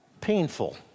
painful